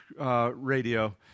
radio